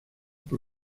por